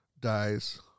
Dies